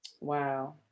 Wow